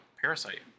Parasite